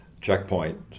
checkpoint